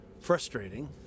frustrating